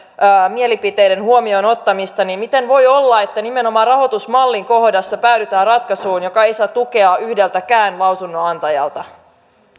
mielipiteiden huomioon ottamista niin miten voi olla että nimenomaan rahoitusmallin kohdassa päädytään ratkaisuun joka ei saa tukea yhdeltäkään lausunnonantajalta